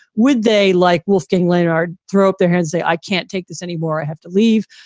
would they like wolfgang later throw up their hands, say, i can't take this anymore. i have to leave?